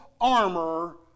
armor